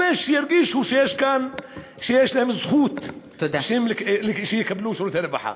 שירגישו שיש להם זכות לקבל שירותי רווחה.